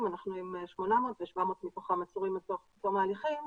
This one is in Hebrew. אנחנו עם 800 ו-700 מתוכם עצורים עד תום ההליכים.